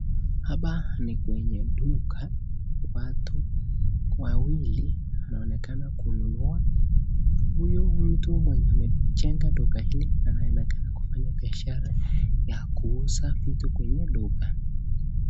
Hapa ni kwenye duka watu wawili anaonekana kununua, huyu mtu mwenye amechenga duka hili anaonekana kufanya biashara ya kuuza vitu kwenye duka.